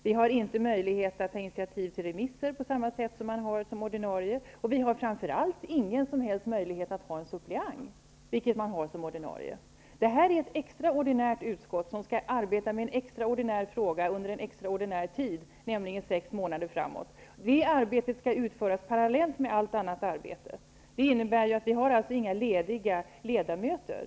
Vi har inte möjlighet att ta initiativ till remisser på samma sätt som ordinarie utskottsledamöter, och vi har framför allt ingen som helst möjlighet att ha en suppleant, vilket man har som ordinarie. EES-utskottet är ett extraordinärt utskott, som skall arbeta med en extraordinär fråga under en extraordinär tid, nämligen i sex månader framåt. Det arbetet skall utföras parallellt med allt annat arbete. Det innebär att vi inte har några lediga ledamöter.